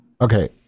Okay